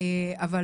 אין לי ספק,